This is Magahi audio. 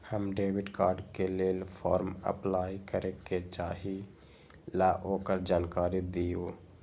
हम डेबिट कार्ड के लेल फॉर्म अपलाई करे के चाहीं ल ओकर जानकारी दीउ?